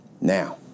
Now